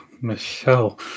Michelle